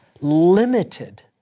Limited